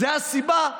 זאת הסיבה,